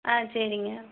ஆ சரிங்க